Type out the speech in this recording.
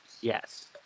Yes